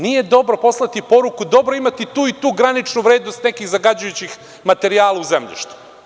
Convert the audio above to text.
Nije dobro poslati poruku dobro je imati tu i tu graničnu vrednost nekih zagađujućih materijala u zemljištu.